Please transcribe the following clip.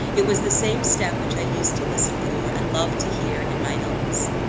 it was the same step which i used to listen for, and love to hear, in my illness.